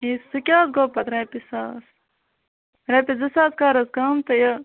ٹھیٖک سُہ کیاہ حظ گوٚو پَتہٕ رۄپیہِ ساس رۄپیَس زٕ ساس کر حظ کَم تہٕ یہِ